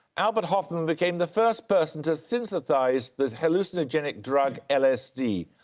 albert hofmann became the first person to synthesise the hallucinogenic drug lsd.